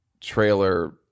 trailer